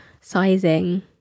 sizing